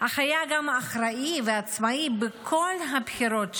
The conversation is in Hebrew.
אך היה גם אחראי ועצמאי בכל הבחירות שלו.